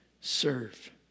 serve